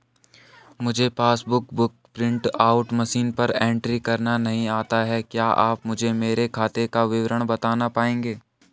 मुझे passbook book print out machine पर entry करना नहीं आता है क्या आप मुझे मेरे खाते का विवरण बताना पाएंगे?